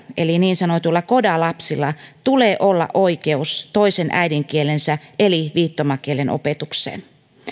eli niin sanotuilla coda lapsilla tulee olla oikeus toisen äidinkielensä eli viittomakielen opetukseen